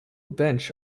bench